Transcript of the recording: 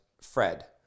Fred